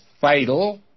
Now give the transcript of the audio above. fatal